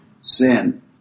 sin